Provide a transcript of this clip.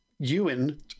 Ewan